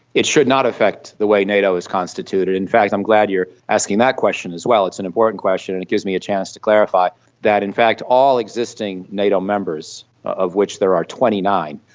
it should not affect the way nato is constituted. in fact i'm glad you're asking that question as well, it's an important question and it gives me a chance to clarify that in fact all existing nato members, of which there are twenty nine,